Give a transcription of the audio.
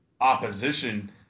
opposition